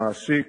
משרד התמ"ת,